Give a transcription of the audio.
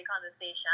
conversation